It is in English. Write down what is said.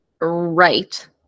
right